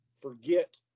forget